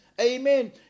Amen